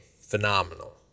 phenomenal